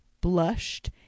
blushed